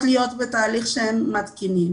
להיות בתהליך שהם מתקינים